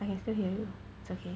I can still hear you is okay